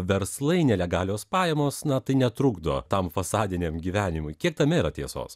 verslai nelegalios pajamos na tai netrukdo tam fasadiniam gyvenimui kiek tame yra tiesos